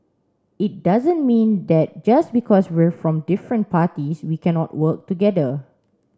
it doesn't mean that just because we're from different parties we cannot work together